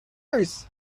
years